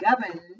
govern